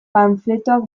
panfletoak